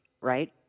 right